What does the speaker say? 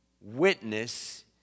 witness